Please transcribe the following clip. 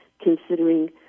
considering